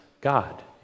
God